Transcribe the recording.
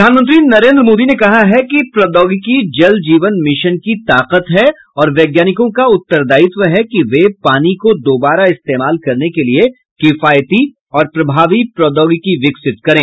प्रधानमंत्री नरेन्द्र मोदी ने कहा है कि प्रौद्योगिकी जल जीवन मिशन की ताकत है और वैज्ञानिकों का उत्तरदायित्व है कि वे पानी को दोबारा इस्तेमाल करने के लिए किफायती और प्रभावी प्रौद्योगिकी विकसित करें